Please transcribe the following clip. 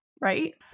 right